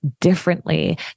differently